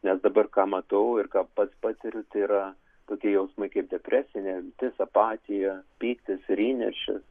nes dabar ką matau ir ką pats patiriu tai yra tokie jausmai kaip depresija neviltis apatija pyktis ir įniršis